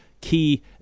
key